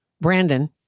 Brandon